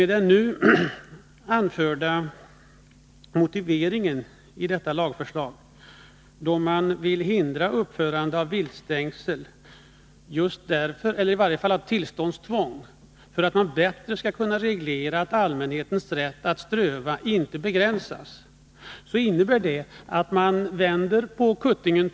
Den nu anförda motiveringen till lagförslaget, nämligen att man vill införa tillståndstvång för uppförande av viltstängsel för att bättre kunna reglera att allmänhetens rätt att ströva fritt i naturen inte begränsas, innebär att man helt vänder på kuttingen.